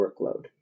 workload